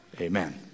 Amen